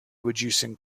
reducing